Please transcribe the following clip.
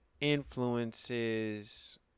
influences